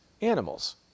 animals